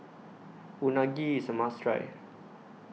Unagi IS A must Try